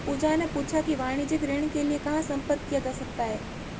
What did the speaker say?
पूजा ने पूछा कि वाणिज्यिक ऋण के लिए कहाँ संपर्क किया जा सकता है?